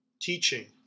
teaching